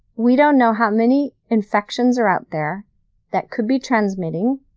we don't know how many infections are out there that could be transmitting,